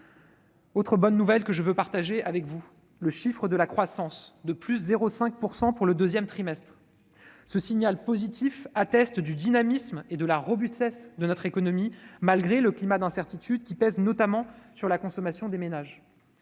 Autre bonne nouvelle que je veux partager avec vous : le chiffre de la croissance de 0,5 % pour le deuxième trimestre. Ce signal positif atteste du dynamisme et de la robustesse de notre économie, malgré le climat d'incertitude qui pèse notamment sur la consommation des ménages.